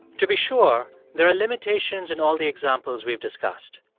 to be sure, there are limitations in all the examples we've discussed.